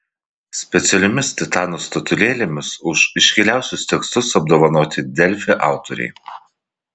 specialiomis titanų statulėlėmis už iškiliausius tekstus apdovanoti delfi autoriai